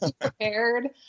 prepared